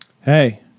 Hey